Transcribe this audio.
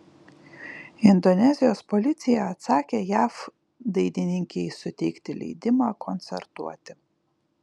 indonezijos policija atsakė jav dainininkei suteikti leidimą koncertuoti